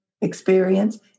experience